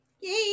yay